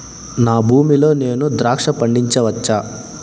నా భూమి లో నేను ద్రాక్ష పండించవచ్చా?